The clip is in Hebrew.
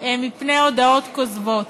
מפני הודאות כוזבות.